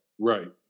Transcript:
right